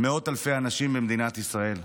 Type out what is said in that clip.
מאות אלפי אנשים במדינת ישראל.